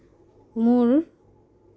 মোৰ